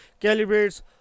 calibrates